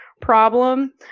problem